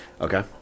Okay